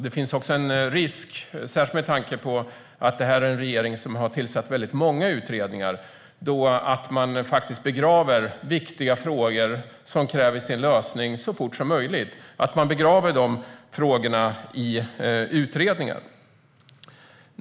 Det finns också en risk, särskilt med tanke på att detta är en regering som har tillsatt väldigt många utredningar, att man begraver viktiga frågor, som kräver sin lösning så fort som möjligt, i utredningar.